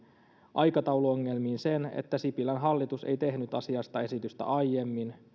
aikatauluongelmiin sen että sipilän hallitus ei tehnyt asiasta esitystä aiemmin